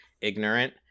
ignorant